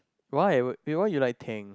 why would why you like Tang